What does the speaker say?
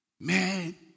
Man